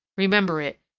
remember it,